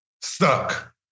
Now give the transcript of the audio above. Stuck